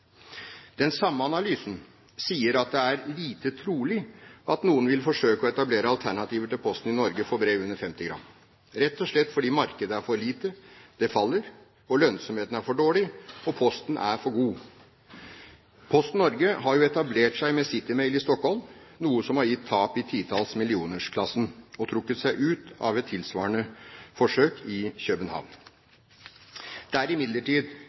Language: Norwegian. Den samme analysen sier at det er lite trolig at noen vil forsøke å etablere alternativer til Posten i Norge for brev under 50 gram – rett og slett fordi markedet er for lite, det faller, lønnsomheten er for dårlig, og Posten er for god. Posten Norge har jo etablert seg med CityMail i Stockholm, noe som har gitt tap i titalls millioner-klassen, og trukket seg ut av et tilsvarende forsøk i København. Det er imidlertid